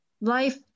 life